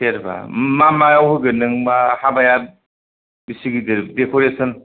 सेरबा मा मायाव होगोन नों मा हाबाया बेसे गिदिर डेक'रेसन